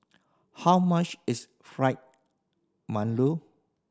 how much is Fried Mantou